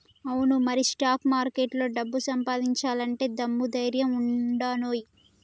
అవును మరి స్టాక్ మార్కెట్లో డబ్బు సంపాదించాలంటే దమ్ము ధైర్యం ఉండానోయ్